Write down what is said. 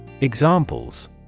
Examples